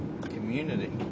community